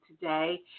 today